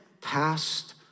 past